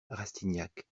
rastignac